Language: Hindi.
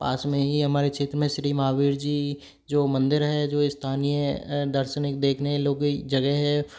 हमारे पास मे ही हमारे क्षेत्र में श्री महावीर जी जो मंदिर है जो स्थानीय दार्शनिक देखने लोग जगह है